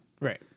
right